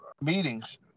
meetings